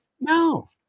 No